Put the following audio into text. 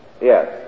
Yes